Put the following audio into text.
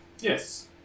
Yes